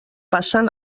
passen